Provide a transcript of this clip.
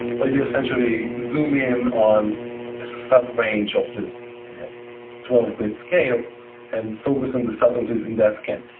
where you essentially zoom in on a sub-range of this twelve bit scale and focus on the subtleties in that scan.